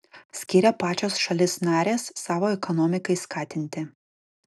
skiria pačios šalys narės savo ekonomikai skatinti